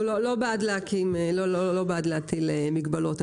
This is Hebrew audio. אנחנו לא בעד להטיל מגבלות.